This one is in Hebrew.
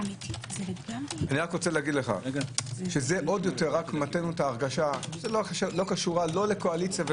זה נותן לנו עוד יותר את ההרגשה לא קשור לאופוזיציה או לקואליציה.